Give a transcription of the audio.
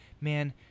man